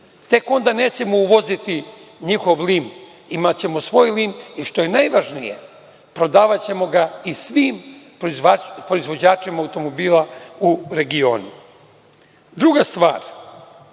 Tek onda nećemo uvoziti njihov lim, imaćemo svoj lim i što je najvažnije prodavaćemo ga i svim proizvođačima automobila u regionu. Druga stvar,